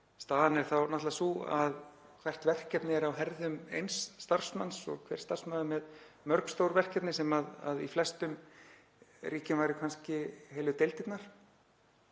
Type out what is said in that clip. Staðan er þá náttúrlega sú að hvert verkefni er á herðum eins starfsmanns og hver starfsmaður er með mörg stór verkefni sem í flestum ríkjum væru kannski heilu deildirnar.